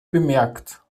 bemerkt